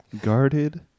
Guarded